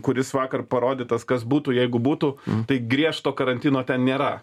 kuris vakar parodytas kas būtų jeigu būtų tai griežto karantino ten nėra